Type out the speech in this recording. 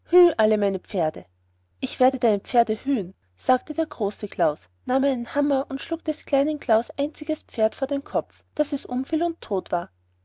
alle meine pferde ich werde deine pferde hüen sagte der große klaus nahm einen hammer und schlug des kleinen klaus einziges pferd vor den kopf daß es umfiel und tot war